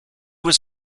was